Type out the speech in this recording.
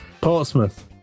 Portsmouth